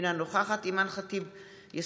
אינה נוכחת אימאן ח'טיב יאסין,